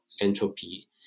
entropy